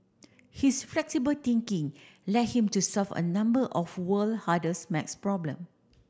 his flexible thinking led him to solve a number of world hardest maths problem